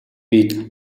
бид